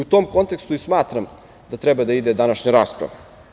U tom kontekstu i smatram da treba da ide današnja rasprava.